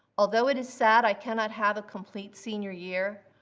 although it is sad i cannot have a complete senior year,